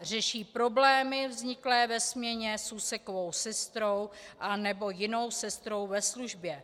Řeší problémy vzniklé ve směně s úsekovou sestrou anebo jinou sestrou ve službě.